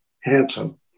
handsome